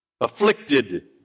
afflicted